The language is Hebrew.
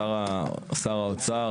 שר האוצר